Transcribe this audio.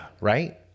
right